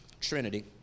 Trinity